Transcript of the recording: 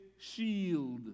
shield